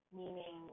meaning